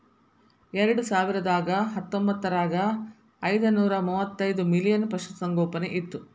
ಎರೆಡಸಾವಿರದಾ ಹತ್ತೊಂಬತ್ತರಾಗ ಐದನೂರಾ ಮೂವತ್ತೈದ ಮಿಲಿಯನ್ ಪಶುಸಂಗೋಪನೆ ಇತ್ತು